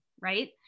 right